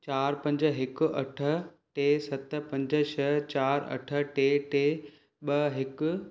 चारि पंज हिकु अठ टे सत पंज छ्ह चारि अठ टे टे ॿ हिकु